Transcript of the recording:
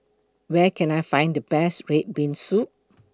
Where Can I Find The Best Red Bean Soup